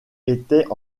étaient